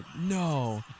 No